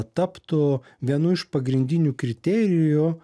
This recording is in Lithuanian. taptų vienu iš pagrindinių kriterijų